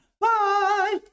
Bye